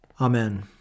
Amen